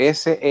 Ese